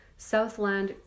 Southland